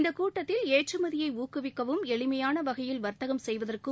இந்த கூட்டத்தில் ஏற்றுமதியை ஊக்குவிக்கவும் எளிமையான வகையில் வா்த்தகம் செய்வதற்கும்